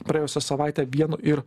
praėjusią savaitę vienu ir